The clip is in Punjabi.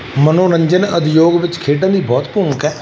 ਮਨੋਰੰਜਨ ਉਦਯੋਗ ਵਿੱਚ ਖੇਡਣ ਦੀ ਬਹੁਤ ਭੂਮਿਕਾ